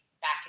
back